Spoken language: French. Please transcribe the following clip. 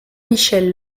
michel